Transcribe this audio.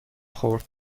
خورد